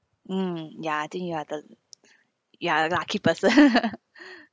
mm ya I think you are the you are lucky person